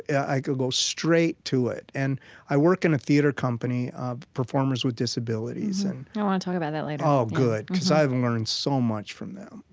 i could go straight to it. and i work in a theater company of performers with disabilities, and, i want to talk about that later oh, good, because i've and learned so much from them.